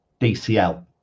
dcl